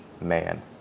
man